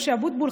משה אבוטבול,